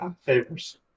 favors